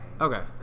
Okay